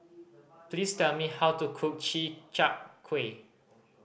please tell me how to cook chi chak kuih